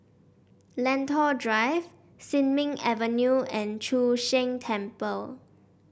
Lentor Drive Sin Ming Avenue and Chu Sheng Temple